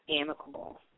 amicable